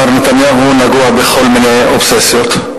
מר נתניהו, נגוע בכל מיני אובססיות.